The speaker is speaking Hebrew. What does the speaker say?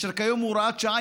אשר כיום הוא הוראת שעה,